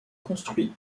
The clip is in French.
construit